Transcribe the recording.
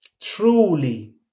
truly